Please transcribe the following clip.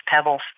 pebbles